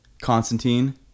Constantine